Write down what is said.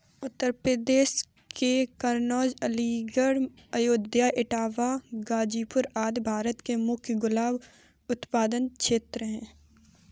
उत्तर प्रदेश के कन्नोज, अलीगढ़, अयोध्या, इटावा, गाजीपुर आदि भारत के मुख्य गुलाब उत्पादक क्षेत्र हैं